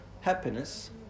happiness